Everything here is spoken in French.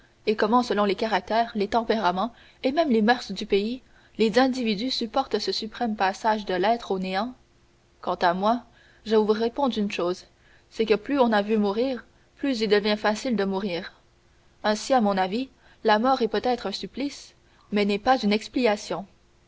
et comment selon les caractères les tempéraments et même les moeurs du pays les individus supportent ce suprême passage de l'être au néant quant à moi je vous réponds d'une chose c'est que plus on a vu mourir plus il devient facile de mourir ainsi à mon avis la mort est peut-être un supplice mais n'est pas une expiation